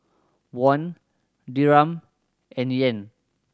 Won Dirham and Yen